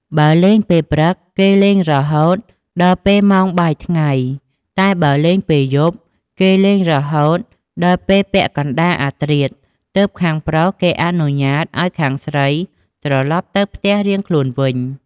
បើលេងពេលព្រឹកគេលេងរហូតដល់ពេលម៉ោងបាយថ្ងៃ តែបើលេងពេលយប់គេលេងរហូតដល់ពេលពាក់កណ្ដាលអធ្រាត្រ ទើបខាងប្រុសគេអនុញ្ញាតឲ្យខាងស្រីត្រឡប់ទៅផ្ទះរៀងខ្លួនវិញ។